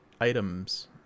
items